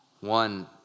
One